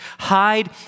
Hide